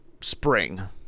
spring